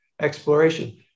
exploration